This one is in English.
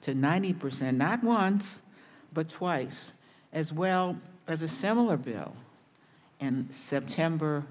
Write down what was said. to ninety percent not once but twice as well as a similar bill and september